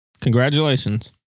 Congratulations